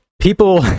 people